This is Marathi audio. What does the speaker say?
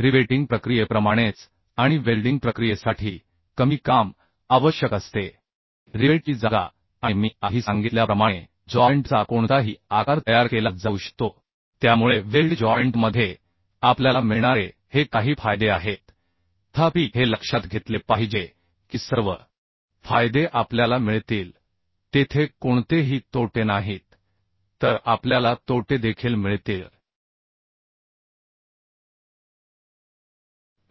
रिवेटिंग प्रक्रियेप्रमाणेच आणि वेल्डिंग प्रक्रियेसाठी कमी काम आवश्यक असते रिवेटची जागा आणि मी आधी सांगितल्याप्रमाणे जॉइंट चा कोणताही आकार तयार केला जाऊ शकतो त्यामुळे वेल्ड जॉइंट मध्ये आपल्याला मिळणारे हे काही फायदे आहेत तथापि हे लक्षात घेतले पाहिजे की सर्व फायदे आपल्याला मिळतील तेथे कोणतेही तोटे नाहीत तर आपल्याला तोटे देखील मिळतील